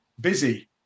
busy